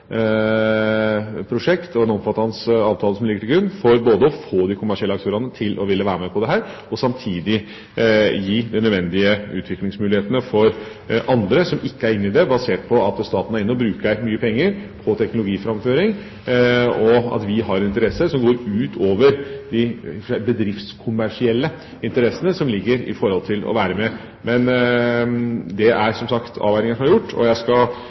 prosjekt og en omfattende avtale som ligger til grunn for både å få de kommersielle aktørene til å ville være med på dette og samtidig gi de nødvendige utviklingsmulighetene for andre som ikke er inne i det, basert på at staten er inne og bruker mye penger på teknologiframføring, og at vi har interesse som går utover de bedriftskommersielle interessene som ligger der med tanke på å være med. Men det er, som sagt, avveininger som er gjort, og jeg skal